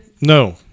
No